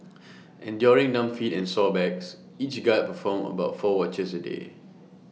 enduring numb feet and sore backs each guard performed about four watches A day